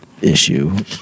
issue